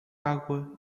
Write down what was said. água